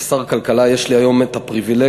כשר הכלכלה יש לי היום את הפריבילגיה